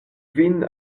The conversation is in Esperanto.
vin